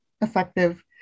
effective